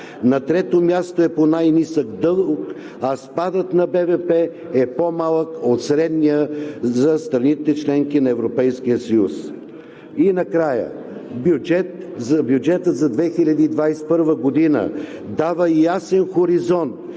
на трето място е по най-нисък дълг, а спадът на БВП е по-малък от средния за страните – членки на Европейския съюз. И накрая, бюджетът за 2021 г. дава ясен хоризонт